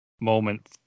moment